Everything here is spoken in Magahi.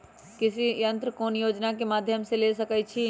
कृषि यंत्र कौन योजना के माध्यम से ले सकैछिए?